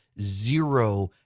zero